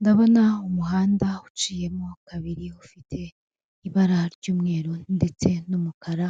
Ndabona umuhanda uciyemo kabiri ufite ibara ry'umweru ndetse n'umukara,